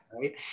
right